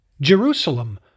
Jerusalem